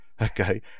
okay